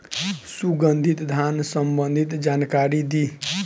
सुगंधित धान संबंधित जानकारी दी?